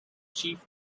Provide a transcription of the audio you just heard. chief